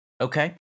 Okay